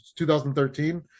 2013